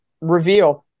reveal –